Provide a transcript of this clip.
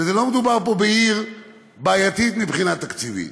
לא מדובר פה בעיר בעייתית מבחינה תקציבית.